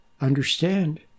understand